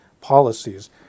policies